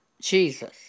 Jesus